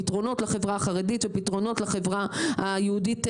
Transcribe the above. פתרונות לחברה החרדית ופתרונות לחברה היהודית,